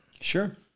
Sure